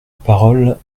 parole